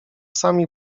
sami